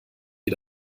wie